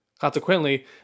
Consequently